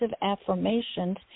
affirmations